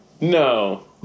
No